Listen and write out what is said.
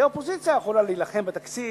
כי האופוזיציה יכולה להילחם בתקציב,